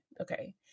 okay